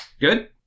Good